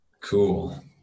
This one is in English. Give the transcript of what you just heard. Cool